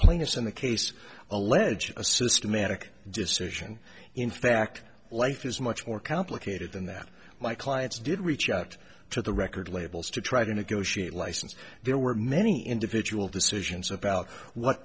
plaintiffs in the case allege a systematic decision in fact life is much more complicated than that my clients did reach out to the record labels to try to negotiate license there were many individual decisions about what